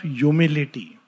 humility